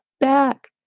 back